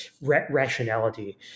rationality